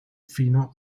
fino